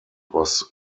was